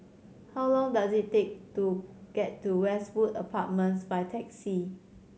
how long does it take to get to Westwood Apartments by taxi